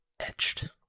etched